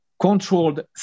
controlled